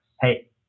Hey